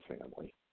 family